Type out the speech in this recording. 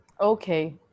Okay